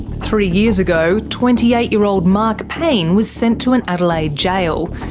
three years ago, twenty eight year old mark payne was sent to an adelaide jail.